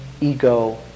ego